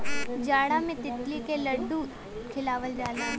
जाड़ा मे तिल्ली क लड्डू खियावल जाला